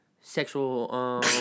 sexual